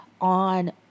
on